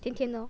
甜甜的 lor